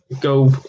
go